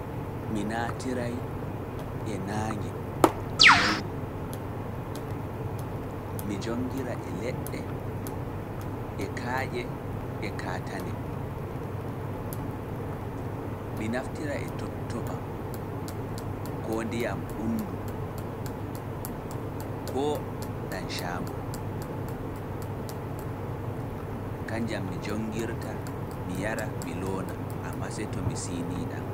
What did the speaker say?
Mi naatiray e naange, e lewru, mi jonngira e leɗɗe, e kaaƴe, e kaatane, mi naftira e tottoɓam, koo ndiyam ɓunndu, koo ɗaŋcaangol, kanjam mi jonngirta, mi yara, mi loona, ammaa see to mi siinii ɗam.